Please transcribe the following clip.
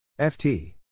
FT